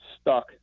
stuck